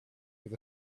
with